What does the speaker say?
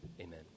Amen